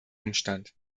umstand